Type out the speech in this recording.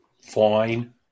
Fine